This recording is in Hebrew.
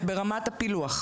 ברמת הפילוח.